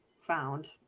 found